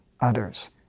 others